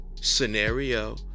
scenario